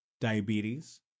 diabetes